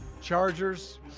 Chargers